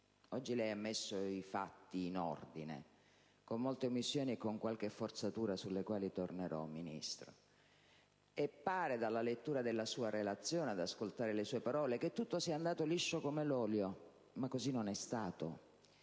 Oggi lei ha messo i fatti in ordine con molte omissioni e con qualche forzatura sulle quali tornerò, signor Ministro, e dalla lettura della sua relazione e ad ascoltare le sue parole pare che tutto sia andato liscio come l'olio, ma così non è stato.